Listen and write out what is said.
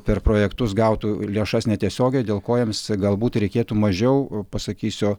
per projektus gautų lėšas netiesiogiai dėl ko jiems galbūt reikėtų mažiau pasakysiu